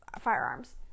firearms